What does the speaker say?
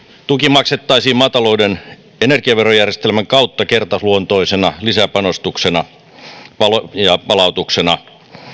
tuki maksettaisiin maatalouden energiaverojärjestelmän kautta kertaluontoisena lisäpanostuksena ja palautuksena